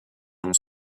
mon